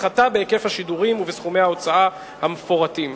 הפחתה בהיקף השידורים ובסכומי ההוצאה המפורטים.